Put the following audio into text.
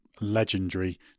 legendary